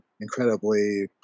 incredibly